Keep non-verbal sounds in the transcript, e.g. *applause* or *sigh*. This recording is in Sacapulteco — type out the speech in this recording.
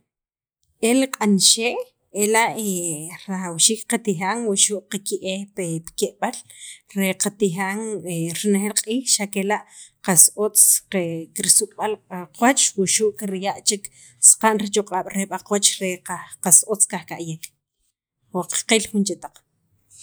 el q'an xe' ela' *hesitation* rajawxiik qatijan wuxu' qake'ej pi ke'b'al re qatijan renejeel q'iij xa' kela' qas otz, kirsuk'b'a' b'aq'wach wuxu' kiya' chek saqa'n richoq'ab' re b'aq'qawach re qaj otz kajka'yek *noise* o qil jun chetaq